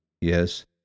Yes